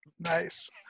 Nice